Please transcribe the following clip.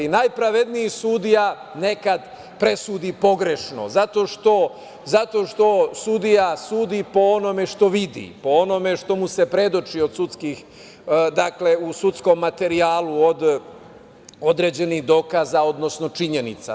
I najpravedniji sudija nekad presudi pogrešno, zato što sudija sudi po onome što vidi, po onome što mu se predoči u sudskom materijalu od određenih dokaza, odnosno činjenica.